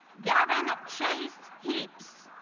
gavin chase heaps